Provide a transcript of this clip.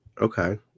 Okay